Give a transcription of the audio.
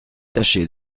tâcher